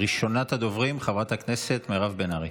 ראשונת הדוברים, חברת הכנסת מירב בן ארי.